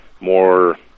more